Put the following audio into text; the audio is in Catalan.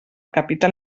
capital